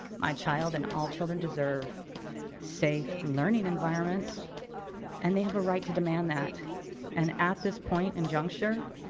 my child and all children deserve safe learning environments and they have a right to demand that and at this point and juncture,